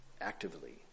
actively